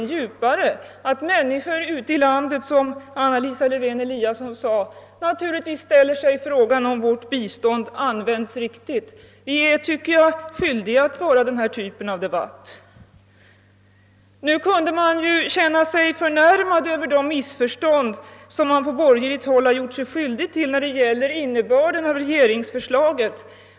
Naturligtvis ställer sig människor ute i landet, såsom fru Lewén-Eliasson sade, frågan om vårt bistånd används riktigt. Vi är, tycker jag, skyldiga att föra denna typ av debatt. Man kunde naturligtvis känna sig förnärmad över de missförstånd som de borgerliga gjort sig skyldiga till när det gäller innebörden av regeringsförslaget.